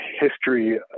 history